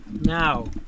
now